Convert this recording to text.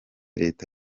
leta